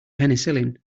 penicillin